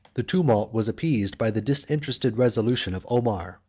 the tumult was appeased by the disinterested resolution of omar,